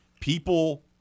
People